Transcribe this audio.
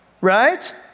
right